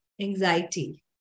anxiety